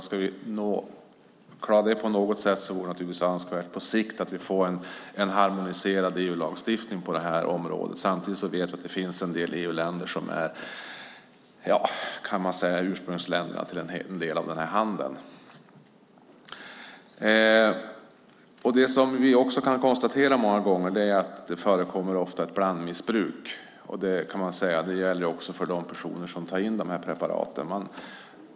Ska vi klara det här är det önskvärt att vi på sikt får en harmoniserad EU-lagstiftning på det här området. Samtidigt vet vi att det finns en del EU-länder som så att säga är ursprungsländer till en del av den här handeln. Vi kan konstatera att det ofta förekommer ett blandmissbruk, och det gäller även de personer som tar in de här preparaten.